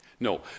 No